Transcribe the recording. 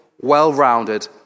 well-rounded